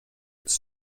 its